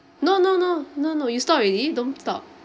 no no no no no you stop already don't stop